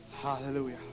Hallelujah